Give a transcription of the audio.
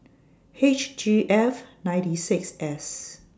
H G F ninety six S